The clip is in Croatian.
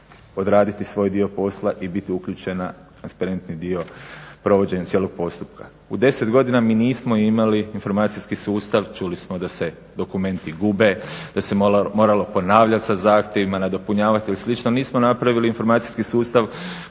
odraditi svoj dio posla i biti uključen na transparentni dio provođenja cijelog postupka. U 10 godina mi nismo imali informacijski sustav, čuli smo da se dokumenti gube, da se moralo ponavljat sa zahtjevima, nadopunjavat i slično. Nismo napravili informacijski sustav